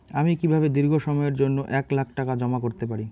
আমি কিভাবে দীর্ঘ সময়ের জন্য এক লাখ টাকা জমা করতে পারি?